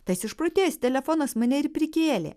tas išprotėjęs telefonas mane ir prikėlė